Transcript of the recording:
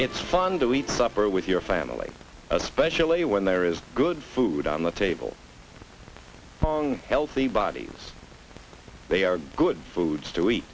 it's fun to eat supper with your family especially when there is good food on the table healthy bodies they are good foods to